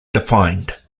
defined